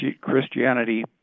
Christianity